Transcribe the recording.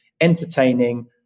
entertaining